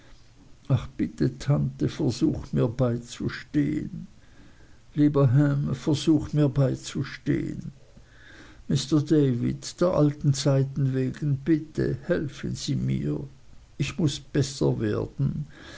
ach bitte tante versuch mir beizustehen lieber ham versuch mir beizustehen mr david der alten zeiten wegen bitte helfen sie mir ich muß besser werden